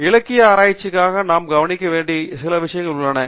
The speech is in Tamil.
மேலும் இலக்கிய ஆராய்ச்சிக்காக நாம் கவனிக்க வேண்டிய சில விஷயங்களும் உள்ளன